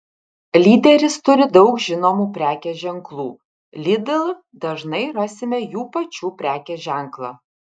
lyderis turi daug žinomų prekės ženklų lidl dažnai rasime jų pačių prekės ženklą